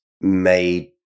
made